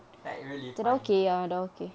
like really fine